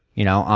you know,